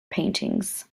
paintings